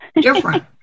Different